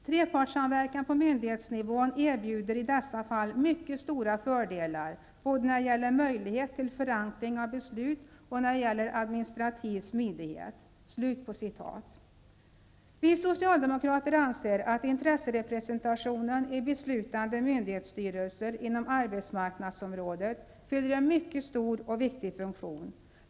Trepartssamverkan på myndighetsnivån erbjuder i dessa fall mycket stora fördelar både när det gäller möjlighet till förankring av beslut och när det gäller administrativ smidighet.'' Vi socialdemokrater anser att intresserepresentationen i beslutande myndighetsstyrelser inom arbetsmarknadsområdet fyller en mycket stor och viktig funktion.